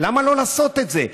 למה לא לעשות את זה?